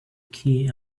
key